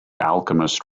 alchemist